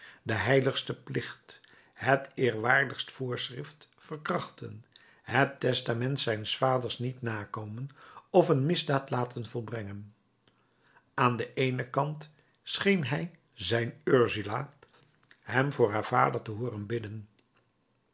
den heiligsten plicht het eerwaardigst voorschrift verkrachten het testament zijns vaders niet nakomen of een misdaad laten volbrengen aan den eenen kant scheen hij zijn ursula hem voor haar vader te hooren bidden